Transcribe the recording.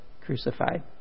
crucified